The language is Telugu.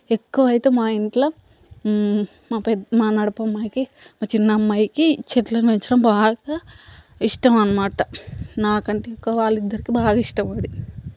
ఎక్కువ అయితే మా ఇంట్ల మా పెద్ద మా నడుపమ్మాయికి మా చిన్నమ్మాయికి చెట్లని పెంచడం బాగా ఇష్టం అనమాట నాకంటే ఎక్కువ వాళ్ళిద్దరికీ బాగా ఇష్టం అది